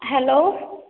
hello